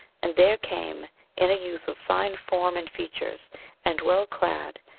and there came in a youth of fine form and features and well clad,